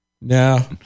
No